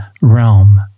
realm